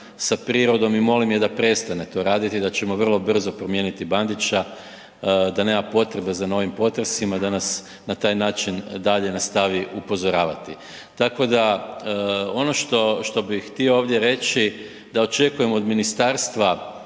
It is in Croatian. sa prirodom i molim je da prestane to raditi i da ćemo vrlo brzo promijeniti Bandića, da nema potrebe za novim potresima da nas na taj način dalje nastavi upozoravati. Tako da, ono što, što bih htio ovdje reći da očekujem od Ministarstva